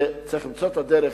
צריך למצוא את הדרך